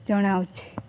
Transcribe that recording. ଜଣାଉଛି